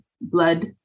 blood